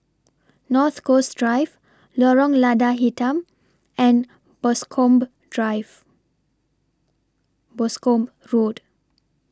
North Coast Drive Lorong Lada Hitam and Boscombe Drive Boscombe Road